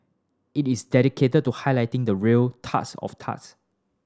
it is dedicated to highlighting the real turds of turds